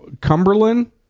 Cumberland